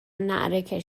ﺷﯿﺮﺍﻥ